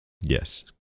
Yes